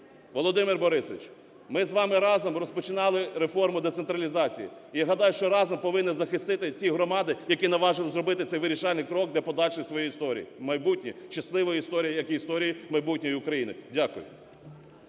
Володимир Борисович, ми з вами разом розпочинали реформу децентралізації, і гадаю, що разом повинні захистити ті громади, які наважились зробити цей вирішальний крок для подальшої своєї історії в майбутнє, щасливої історії як історії майбутньої України. Дякую.